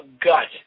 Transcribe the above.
gut